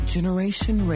Generation